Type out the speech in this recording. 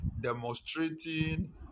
demonstrating